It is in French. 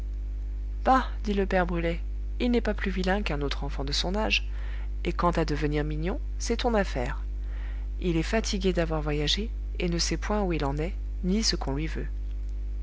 bah dit le père brulet il n'est pas plus vilain qu'un autre enfant de son âge et quant à devenir mignon c'est ton affaire il est fatigué d'avoir voyagé et ne sait point où il en est ni ce qu'on lui veut